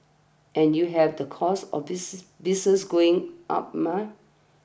and you have the costs of this business going up mah